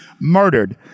murdered